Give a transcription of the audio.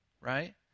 right